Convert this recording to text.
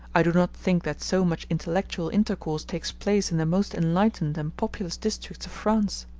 i do not think that so much intellectual intercourse takes place in the most enlightened and populous districts of france.